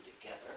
together